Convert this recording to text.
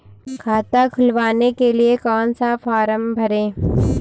खाता खुलवाने के लिए कौन सा फॉर्म भरें?